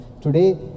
Today